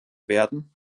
werden